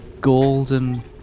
golden